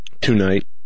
tonight